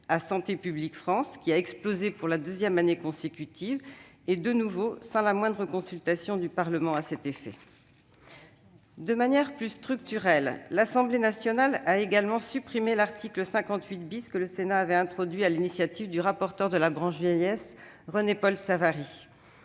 (Santé publique France), qui a explosé pour la deuxième année consécutive, toujours sans la moindre consultation du Parlement. De manière plus structurelle, l'Assemblée nationale a également supprimé l'article 58 que le Sénat avait introduit sur l'initiative du rapporteur pour la branche vieillesse, René-Paul Savary.